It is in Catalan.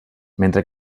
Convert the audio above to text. mentre